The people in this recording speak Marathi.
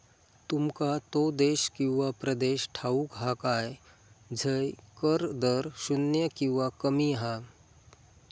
तुमका तो देश किंवा प्रदेश ठाऊक हा काय झय कर दर शून्य किंवा कमी हा?